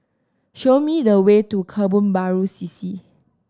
show me the way to Kebun Baru C C